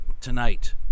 tonight